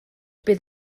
bydd